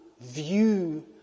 view